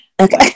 okay